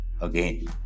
Again